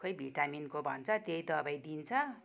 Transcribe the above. खै भिटामिनको भन्छ त्यही दबाई दिन्छ